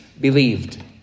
believed